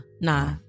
nah